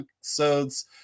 episodes